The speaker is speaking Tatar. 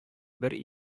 бер